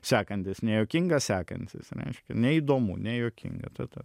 sekantis nejuokinga sekantis reiškia neįdomu nejuokinga ta ta